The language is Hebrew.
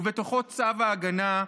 ובתוכו צו ההגנה,